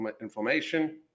inflammation